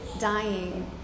dying